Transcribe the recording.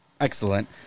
excellent